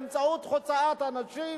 באמצעות הוצאת אנשים